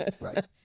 Right